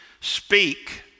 speak